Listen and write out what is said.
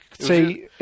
say